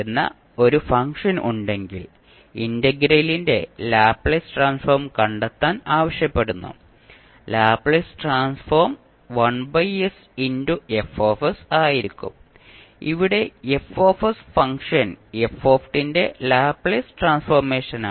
എന്ന ഒരു ഫംഗ്ഷൻ ഉണ്ടെങ്കിൽ ഇന്റഗ്രലിന്റെ ലാപ്ലേസ് ട്രാൻസ്ഫോം കണ്ടെത്താൻ ആവശ്യപ്പെടുന്നു ലാപ്ലേസ് ട്രാൻസ്ഫോം ആയിരിക്കും ഇവിടെ ഫംഗ്ഷൻ f ന്റെ ലാപ്ലേസ് ട്രാൻസ്ഫോർമേഷനാണ്